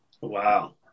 Wow